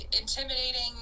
intimidating